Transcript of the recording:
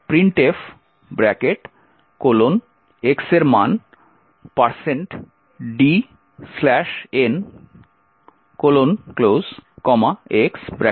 এবং তারপরে একটি printf X এর মান dnx রয়েছে